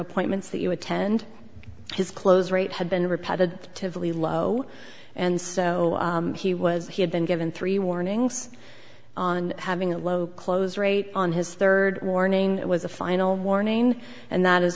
appointments that you attend his close rate had been reported to valley low and so he was he had been given three warnings on having a low close rate on his third warning it was a final warning and that is